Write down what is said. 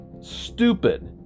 stupid